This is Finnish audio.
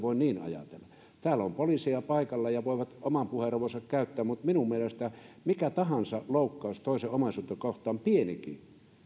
voi niin ajatella täällä on poliiseja paikalla ja he voivat oman puheenvuoronsa käyttää mutta minun mielestäni mikä tahansa loukkaus toisen omaisuutta kohtaan pienikin